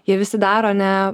jie visi daro ne